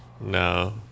No